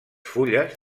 fulles